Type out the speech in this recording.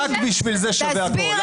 רק בשביל זה שווה הכול.